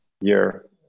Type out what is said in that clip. year